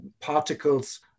particles